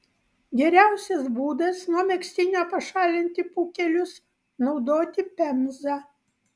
geriausias būdas nuo megztinio pašalinti pūkelius naudoti pemzą